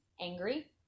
angry